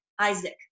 Isaac